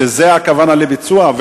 שזה הכוונה לביצוע,